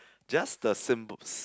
just the symbols